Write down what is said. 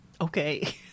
Okay